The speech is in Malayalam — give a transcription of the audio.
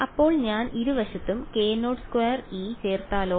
അപ്പോൾ ഞാൻ ഇരുവശത്തും k02E ചേർത്താലോ